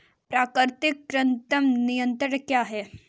प्राकृतिक कृंतक नियंत्रण क्या है?